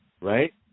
Right